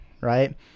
Right